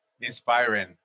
inspiring